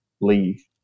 leave